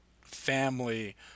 family